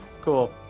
Cool